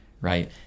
right